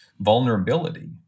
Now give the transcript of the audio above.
vulnerability